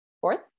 fourth